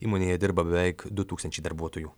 įmonėje dirba beveik du tūkstančiai darbuotojų